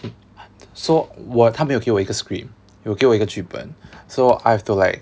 so 我他没有给我一个 script 有给我我一个剧本 so I have to like